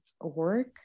work